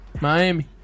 Miami